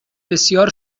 بسیار